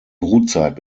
brutzeit